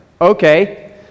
okay